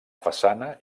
façana